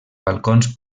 balcons